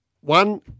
One